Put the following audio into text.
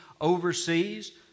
overseas